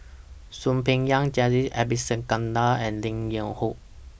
Soon Peng Yam Jacintha Abisheganaden and Lim Yew Hock